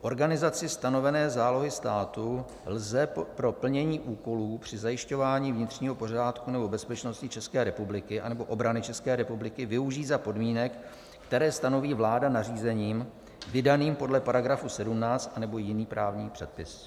Organizaci stanovené zálohy státu lze pro plnění úkolů při zajišťování vnitřního pořádku nebo bezpečnosti České republiky anebo obrany České republiky využít za podmínek, které stanoví vláda nařízením vydaným podle § 17 nebo jiný právní předpis.